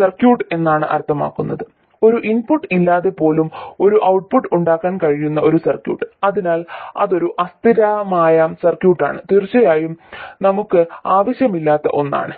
circuit എന്നാണ് അർത്ഥമാക്കുന്നത് ഒരു ഇൻപുട്ട് ഇല്ലാതെ പോലും ഒരു ഔട്ട്പുട്ട് ഉണ്ടാക്കാൻ കഴിയുന്ന ഒരു സർക്യൂട്ട് അതിനാൽ അതൊരു അസ്ഥിരമായ സർക്യൂട്ട് ആണ് തീർച്ചയായും നമുക്ക് ആവശ്യമില്ലാത്ത ഒന്നാണ്